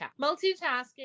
multitasking